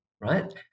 right